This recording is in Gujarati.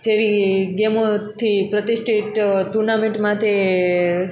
જેવી ગેમોથી પ્રતિષ્ઠિત ટુર્નામેંટ માથે